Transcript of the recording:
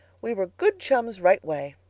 we were good chums right way.